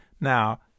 now